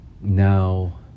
now